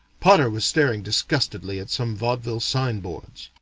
potter was staring disgustedly at some vaudeville sign-boards.